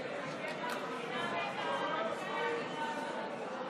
אדוני שר החוץ,